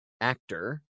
actor